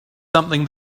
something